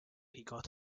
before